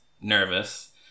nervous